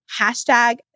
hashtag